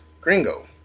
Gringo